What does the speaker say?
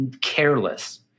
careless